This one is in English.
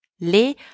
les